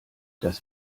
das